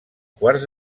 quarts